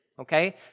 okay